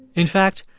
in fact,